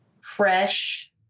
fresh